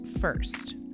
first